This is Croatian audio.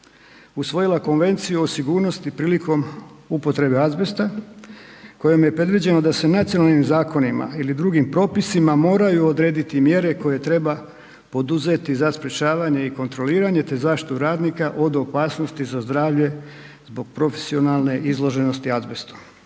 usvojila Konvenciju o sigurnosti prilikom upotrebe azbesta kojom je predviđeno da se nacionalnim zakonima ili drugim propisima moraju odrediti mjere koje treba poduzeti za sprečavanje i kontroliranje te zaštitu radnika od opasnosti za zdravlje zbog profesionalne izloženosti azbestu